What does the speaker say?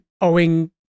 owing